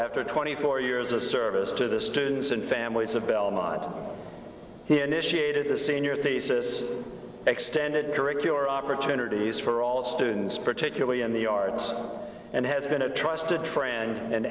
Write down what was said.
after twenty four years of service to the students and families of belmont he initiated a senior thesis extended curricular opportunities for all students particularly in the arts and has been a trusted friend an